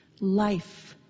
Life